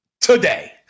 today